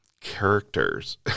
characters